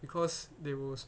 because there was